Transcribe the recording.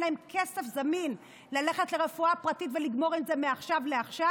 להם כסף זמין ללכת לרפואה פרטית ולגמור את זה מעכשיו לעכשיו